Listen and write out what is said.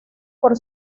por